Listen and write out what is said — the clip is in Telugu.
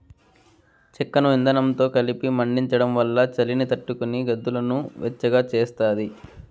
చెక్కను ఇందనంతో కలిపి మండించడం వల్ల చలిని తట్టుకొని గదులను వెచ్చగా చేస్తాది